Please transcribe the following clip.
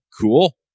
Cool